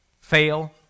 Fail